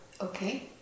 Okay